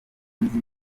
nzi